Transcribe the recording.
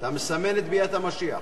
אתה מסמן את ביאת המשיח.